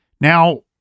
Now